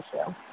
issue